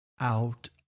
out